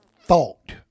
thought